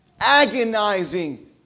Agonizing